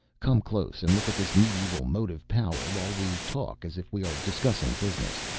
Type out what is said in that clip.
come close and look at this medieval motive-power while we talk, as if we are discussing business.